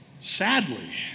Sadly